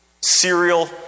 serial